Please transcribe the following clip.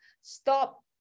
stop